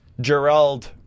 Gerald